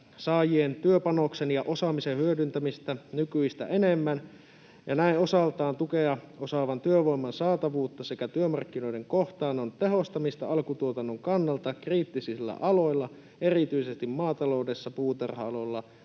saajien työpanoksen ja osaamisen hyödyntämistä nykyistä enemmän ja näin osaltaan tukea osaavan työvoiman saatavuutta sekä työmarkkinoiden kohtaannon tehostamista alkutuotannon kannalta kriittisillä aloilla, erityisesti maataloudessa ja puutarha-aloilla